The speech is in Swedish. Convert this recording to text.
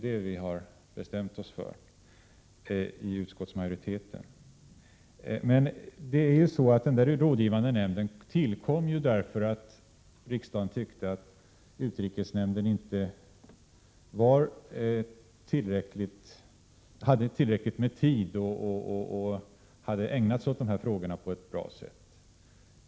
Det är det utskottsmajoriteten har bestämt sig för. Den rådgivande nämnden tillkom därför att riksdagen tyckte att utrikesnämnden inte hade tillräckligt med tid att på ett bra sätt ägna sig åt de här frågorna.